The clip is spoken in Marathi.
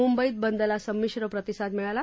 मुंबईत बंदला संमिश्र प्रतिसाद मिळाला